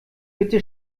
bitte